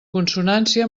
consonància